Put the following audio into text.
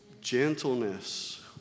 Gentleness